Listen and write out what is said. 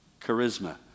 charisma